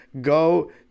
go